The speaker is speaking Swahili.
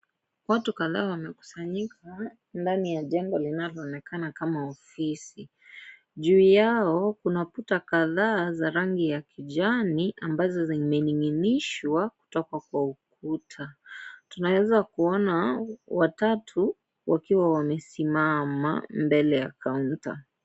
Watu kadhaa wamekusanyika ndani ya jengo linaloonekana kama ofisi. Juu yao kuna kuta kadhaa za rangi ya kijani ambazo zimening'inizhwa kutoka kwa ukuta. Tunaweza kuona watatu wakiwa wamesimama mbele ya kaunta